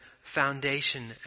foundation